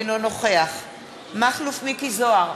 אינו נוכח מכלוף מיקי זוהר,